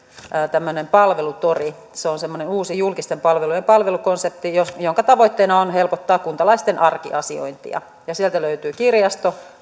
tämmöinen palvelutori se on semmoinen uusi julkisten palvelujen palvelukonsepti jonka tavoitteena on helpottaa kuntalaisten arkiasiointia ja sieltä löytyy kirjasto